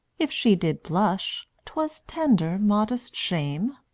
if she did blush, twas tender modest shame,